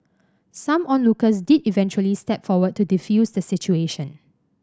some onlookers did eventually step forward to defuse the situation